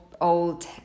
old